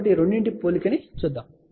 కాబట్టి ఈ రెండింటి పోలికను చూద్దాం